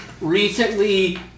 recently